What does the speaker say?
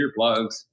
earplugs